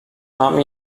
mam